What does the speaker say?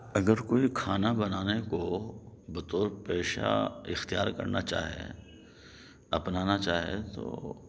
اور کوئی کھانا بنانے کو بطور پیشہ اختیار کرنا چاہے اپنانا چاہے تو